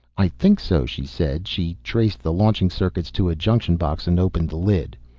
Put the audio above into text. i think so, she said. she traced the launching circuits to a junction box and opened the lid.